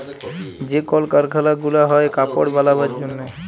যে কল কারখালা গুলা হ্যয় কাপড় বালাবার জনহে